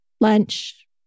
lunch